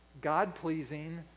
God-pleasing